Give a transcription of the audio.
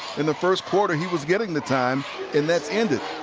in the first quarter he was getting the time and that ended.